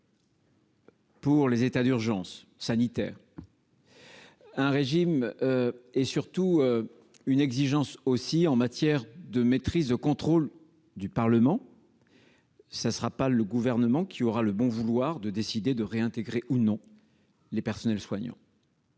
Pour les états d'urgence sanitaire. Un régime et surtout une exigence aussi en matière de maîtrise de contrôle du Parlement, ça ne sera pas le gouvernement qui aura le bon vouloir de décider de réintégrer ou non les personnels soignants.